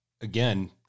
again